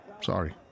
Sorry